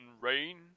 Rain